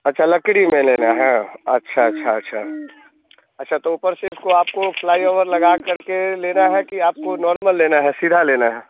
अच्छा लकड़ी में लेना है अच्छा अच्छा अच्छा अच्छा अच्छा तो ऊपर से इसको आपको प्लाई वाला लगा कर के लेना है कि आपको नार्मल लेना है सीधा लेना है